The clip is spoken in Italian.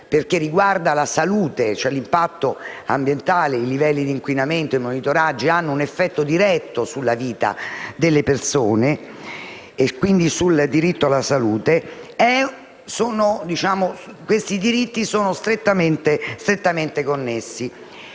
riguarda la salute; l'impatto ambientale e i livelli di inquinamento e monitoraggio hanno un effetto diretto sulla vita delle persone e sul diritto alla salute. Questi aspetti sono strettamente connessi.